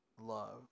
Love